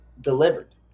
delivered